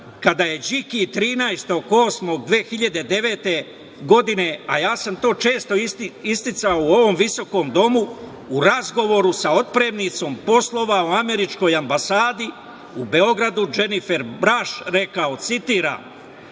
kada je Điki, 13. avgusta 2009. godine, a ja sam to često isticao u ovom visokom domu, u razgovoru sa otpremnicom poslova američkoj ambasadi u Beogradu, Dženifer Braš, rekao, citiram: